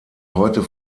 heute